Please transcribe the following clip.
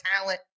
talent